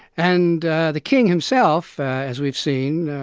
and the king himself as we've seen,